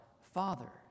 Father